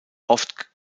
oft